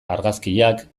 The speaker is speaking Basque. argazkiak